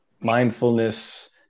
Mindfulness